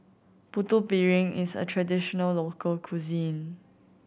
Putu Piring is a traditional local cuisine